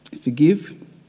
forgive